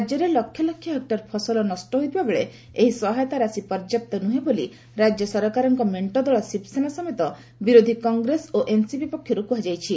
ରାଜ୍ୟରେ ଲକ୍ଷଲକ୍ଷ ହେକ୍ଟର ଫସଲ ନଷ୍ଟ ହୋଇଥିବା ବେଳେ ଏହି ସହାୟତା ରାଶି ପର୍ଯ୍ୟାପ୍ତ ନୁହେଁ ବୋଲି ରାଜ୍ୟ ସରକାରଙ୍କ ମେଣ୍ଟ ଦଳ ଶିବସେନା ସମେତ ବିରୋଧୀ କଂଗ୍ରେସ ଓ ଏନ୍ସିପି ପକ୍ଷରୁ ଅଭିଯୋଗ ହୋଇଛି